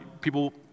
people